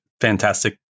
fantastic